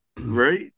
right